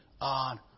on